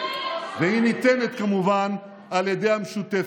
והיא ניתנת כמובן על ידי המשותפת.